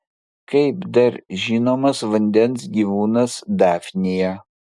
kaip dar žinomas vandens gyvūnas dafnija